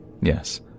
Yes